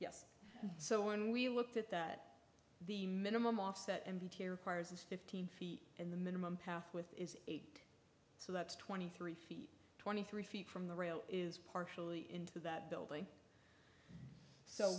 scary so when we looked at that the minimum offset m b t requires is fifteen feet in the minimum path with is eight so that's twenty three feet twenty three feet from the rail is partially into that building so